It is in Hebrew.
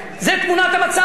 אגב, זה לא סוד.